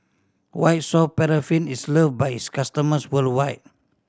White Soft Paraffin is love by its customers worldwide